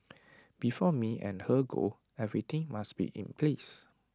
before me and her go everything must be in place